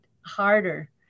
harder